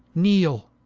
kneele